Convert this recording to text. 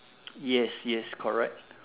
yes yes correct